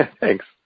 Thanks